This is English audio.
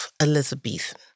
Elizabethan